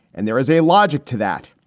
and there is a logic to that.